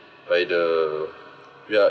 by the we're